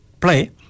play